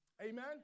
Amen